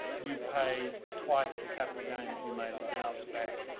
you pay twice the capital gain that you made on the house back.